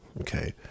okay